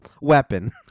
weapon